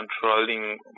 controlling